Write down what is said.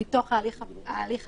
מתוך ההליך העיקרי,